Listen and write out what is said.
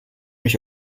mich